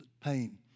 pain